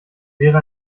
wäre